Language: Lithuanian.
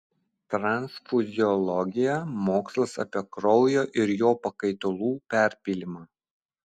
transfuziologija mokslas apie kraujo ir jo pakaitalų perpylimą